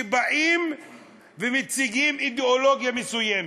שהם באים ומציגים אידיאולוגיה מסוימת,